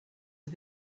had